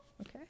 okay